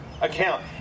Account